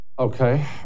Okay